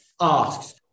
asks